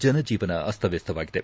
ಜನ ಜೀವನ ಅಸ್ತವ್ಯಸ್ಥವಾಗಿದೆ